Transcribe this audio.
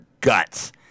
guts